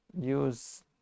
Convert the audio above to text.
use